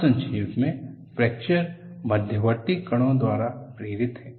और संक्षेप में फ्रैक्चर मध्यवर्ती कणों द्वारा प्रेरित है